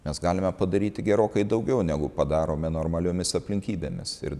mes galime padaryti gerokai daugiau negu padarome normaliomis aplinkybėmis ir